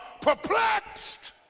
perplexed